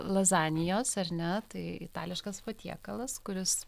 lazanijos ar ne tai itališkas patiekalas kuris